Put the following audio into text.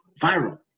Viral